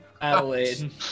Adelaide